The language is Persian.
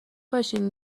باشین